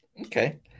Okay